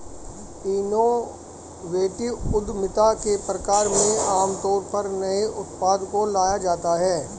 innovative उद्यमिता के प्रकार में आमतौर पर नए उत्पाद को लाया जाता है